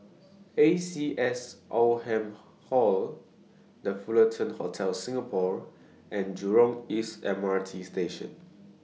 A C S Oldham Hall The Fullerton Hotel Singapore and Jurong East M R T Station